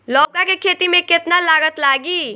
लौका के खेती में केतना लागत लागी?